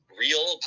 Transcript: real